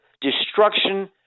destruction